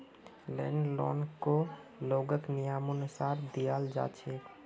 land लोनकको लोगक नियमानुसार दियाल जा छेक